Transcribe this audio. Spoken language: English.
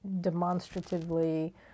demonstratively